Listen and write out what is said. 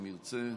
אם ירצה.